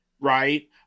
right